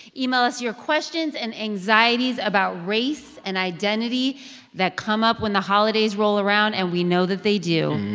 email us your questions and anxieties about race and identity that come up when the holidays roll around, and we know that they do.